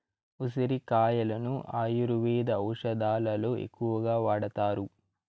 ఉసిరి కాయలను ఆయుర్వేద ఔషదాలలో ఎక్కువగా వాడతారు